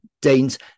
Danes